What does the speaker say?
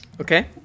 Okay